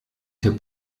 took